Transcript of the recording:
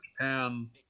Japan